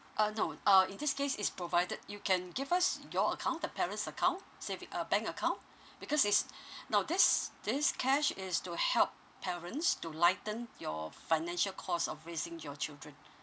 uh no uh in this case is provided you can give us your account the parent's account saving uh bank account because is now this this cash is to help parents to lighten your financial cost of raising your children